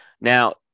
Now